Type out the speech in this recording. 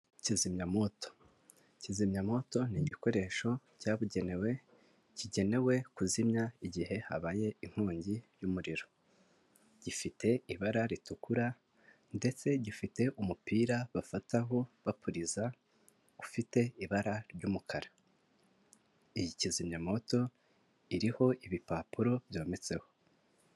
Kizimyamoto. Kizimyamoto ni igikoresho cyabugenewe kigenewe kuzimya igihe habaye inkongi y'umuriro. Gifite ibara ritukura ndetse gifite umupira bafataho bapuriza ufite ibara ry'umukara. Iyi kizimyamoto iriho ibipapuro byometseho.